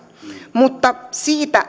mutta siitä